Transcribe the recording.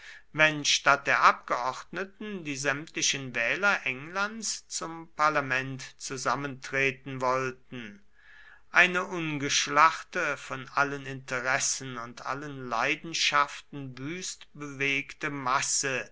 wenn statt der abgeordneten die sämtlichen wähler englands zum parlament zusammentreten wollten eine ungeschlachte von allen interessen und allen leidenschaften wüst bewegte masse